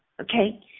okay